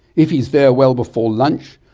if he's there well before lunch,